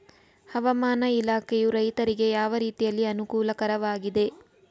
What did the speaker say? ಹವಾಮಾನ ಇಲಾಖೆಯು ರೈತರಿಗೆ ಯಾವ ರೀತಿಯಲ್ಲಿ ಅನುಕೂಲಕರವಾಗಿದೆ?